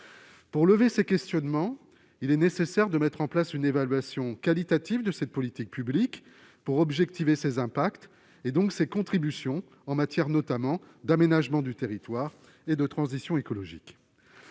Pour lever ces questionnements, il est nécessaire de mettre en place une évaluation qualitative de cette politique publique pour objectiver ses impacts, donc ses contributions notamment en matière d'aménagement du territoire et de transition écologique.